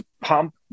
pump